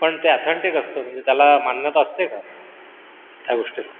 पण ते ऑथेंटिक असतं म्हणजे त्याला मान्यता असते का त्या गोष्टीला